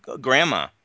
grandma